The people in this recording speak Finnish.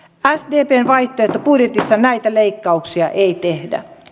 sdpn vaihtoehtobudjetissa näitä leikkauksia ei tehdä